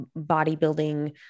bodybuilding